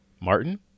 Martin